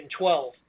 12